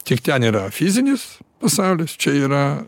tik ten yra fizinis pasaulis čia yra